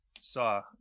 saw